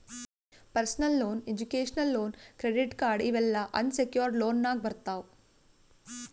personal loan, education loan, credit card ಇವ್ ಎಲ್ಲಾ unsecured ಲೋನ್ನಾಗ್ ಬರ್ತಾವ್